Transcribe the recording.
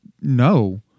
no